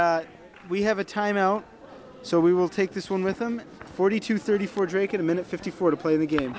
and we have a time out so we will take this one with him forty two thirty for drake in a minute fifty four to play the game